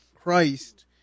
Christ